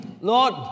Lord